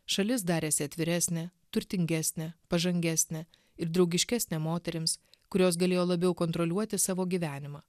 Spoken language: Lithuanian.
šalis darėsi atviresnė turtingesnė pažangesnė ir draugiškesnė moterims kurios galėjo labiau kontroliuoti savo gyvenimą